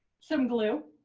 some glue,